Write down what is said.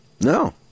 No